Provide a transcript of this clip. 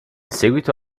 seguito